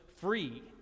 free